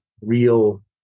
real